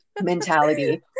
mentality